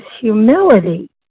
humility